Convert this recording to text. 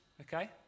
Okay